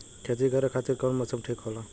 खेती करे खातिर कौन मौसम ठीक होला?